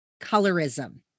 colorism